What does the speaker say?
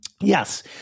Yes